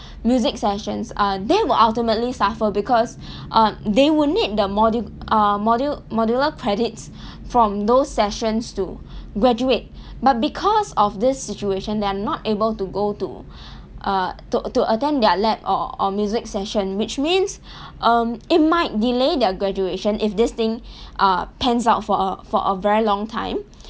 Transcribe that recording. music sessions uh they will ultimately suffer because um they would need the modu~ uh module modular credits from those sessions to graduate but because of this situation they are not able to go to uh to to attend their lab or or music session which means um it might delay their graduation if this thing uh pans out for a for a very long time